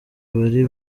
bari